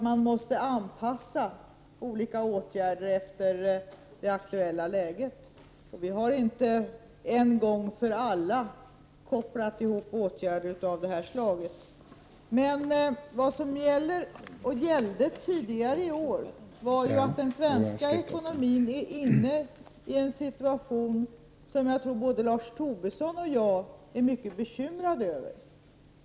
Man måste anpassa olika åtgärder efter det aktuella läget, och vi har inte en gång för alla kopplat ihop åtgärder av detta slag. Vad som gäller, och gällde tidigare i år, är att den svenska ekonomin är inne i en situation som jag tror att både Lars Tobisson och jag är mycket bekymrade över.